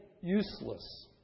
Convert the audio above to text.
useless